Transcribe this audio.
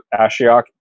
Ashiok